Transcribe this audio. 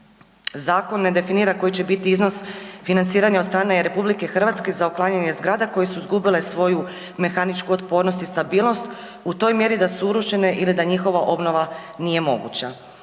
Zakon ne definira koji će biti iznos financiranja od strane RH za uklanjanje zgrada koje su izgubile svoju mehaničku otpornost i stabilnost u toj mjeri da su urušene ili da njihova obnova nije moguća.